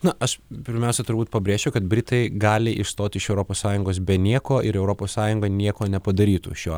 na aš pirmiausia turbūt pabrėšiu kad britai gali išstoti iš europos sąjungos be nieko ir europos sąjunga nieko nepadarytų šiuo